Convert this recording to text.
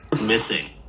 Missing